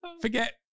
forget